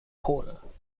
pole